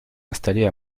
installée